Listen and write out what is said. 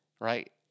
Right